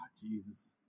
Jesus